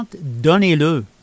Donnez-le